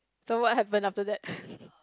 so what happens after that